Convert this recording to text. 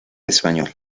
español